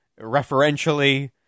referentially